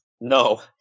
No